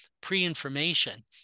pre-information